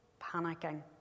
panicking